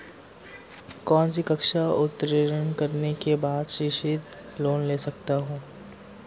कौनसी कक्षा उत्तीर्ण करने के बाद शिक्षित लोंन ले सकता हूं?